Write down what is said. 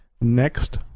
next